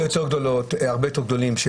כוחות הביטחון שבאו לבחור הם הרבה יותר גדולים.